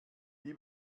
wie